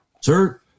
Sir